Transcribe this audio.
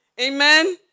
Amen